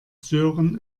sören